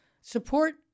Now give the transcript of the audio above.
support